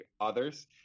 others